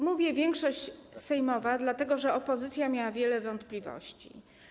Mówię: większość sejmowa, dlatego że opozycja miała wiele wątpliwości.